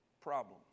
problem